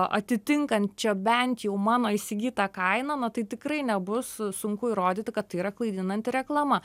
atitinkančią bent jau mano įsigytą kainą na tai tikrai nebus sunku įrodyti kad tai yra klaidinanti reklama